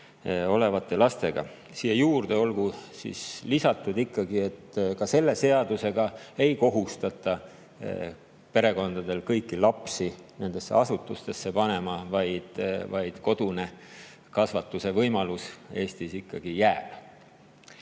olevate lastega. Siinjuures olgu ikkagi lisatud, et ka selle seadusega ei kohustata perekondi kõiki lapsi nendesse asutustesse panema, vaid koduse kasvatuse võimalus Eestis jääb